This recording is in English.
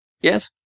Yes